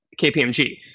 kpmg